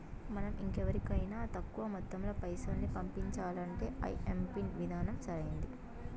మనం ఇంకెవరికైనా తక్కువ మొత్తంలో పైసల్ని పంపించాలంటే ఐఎంపిన్ విధానం సరైంది